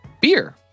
beer